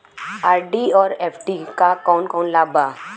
RD और FD क कौन कौन लाभ बा?